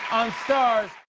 on starz.